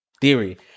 theory